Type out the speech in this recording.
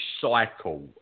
cycle